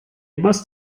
must